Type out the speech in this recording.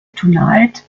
tonight